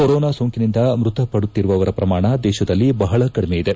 corona ಸೋಂಕಿನಿಂದ ಮೃತಪದುತ್ತಿರುವವರ ಪ್ರಮಾಣ ದೇಶದಲ್ಲಿ ಬಹಳ ಕಡಿಮೆಯಿದೆ